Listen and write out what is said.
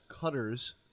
cutters